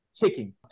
Kicking